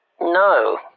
No